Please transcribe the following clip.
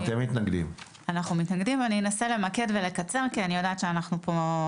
אבל אנחנו רוצים שתתייחס לשוטרי החובה שנמצאים בשב"ס,